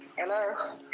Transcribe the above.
Hello